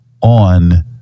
on